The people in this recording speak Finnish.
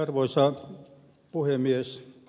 arvoisa puhemies